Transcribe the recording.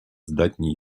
здатні